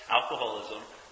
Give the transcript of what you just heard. alcoholism